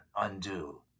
undo